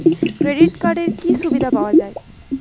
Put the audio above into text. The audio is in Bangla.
ক্রেডিট কার্ডের কি কি সুবিধা পাওয়া যায়?